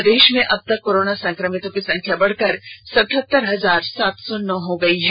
प्रदेश में अब तक कोरोना संक्रमितों की संख्या बढ़कर सतहतर हजार सात सौ नौ हो गई है